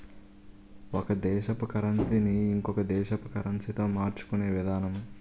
ఒక దేశపు కరన్సీ ని ఇంకొక దేశపు కరెన్సీతో మార్చుకునే విధానము